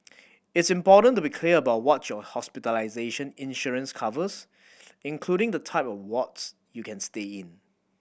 it's important to be clear about what your hospitalization insurance covers including the type of wards you can stay in